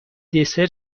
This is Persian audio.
دسر